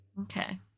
Okay